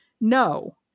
No